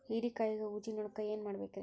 ಹೇರಿಕಾಯಾಗ ಊಜಿ ನೋಣಕ್ಕ ಏನ್ ಮಾಡಬೇಕ್ರೇ?